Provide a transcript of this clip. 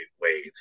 wait